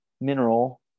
mineral